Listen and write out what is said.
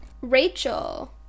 rachel